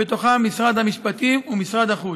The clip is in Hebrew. ובתוכם משרד המשפטים ומשרד החוץ.